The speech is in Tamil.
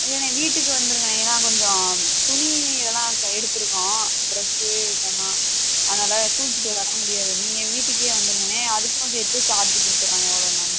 இல்லைண்ணே வீட்டுக்கு வந்திருங்க ஏன்னா கொஞ்சம் துணி இதெல்லாம் க எடுத்திருக்கோம் ட்ரெஸ்ஸு இதெல்லாம் அதனால் தூக்கிட்டு வர முடியாது நீங்கள் வீட்டுக்கே வந்திருங்கண்ணே அதுக்கும் சேர்த்து சார்ஜு கொடுத்துட்றோம் எவ்வளோனாலும்